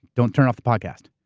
don't turn off the podcast.